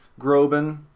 Groban